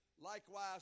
Likewise